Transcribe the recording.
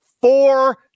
four